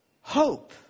hope